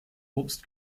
obst